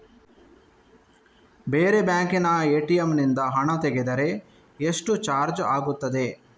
ಬೇರೆ ಬ್ಯಾಂಕಿನ ಎ.ಟಿ.ಎಂ ನಿಂದ ಹಣ ತೆಗೆದರೆ ಎಷ್ಟು ಚಾರ್ಜ್ ಆಗುತ್ತದೆ?